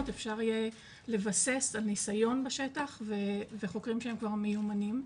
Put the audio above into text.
אפשר יהיה לבסס על ניסיון בשטח וחוקרים שהם כבר מיומנים.